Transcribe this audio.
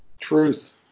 Truth